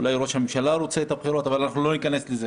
אולי ראש הממשלה רוצה את הבחירות.